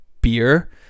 beer